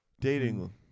Dating